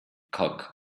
cock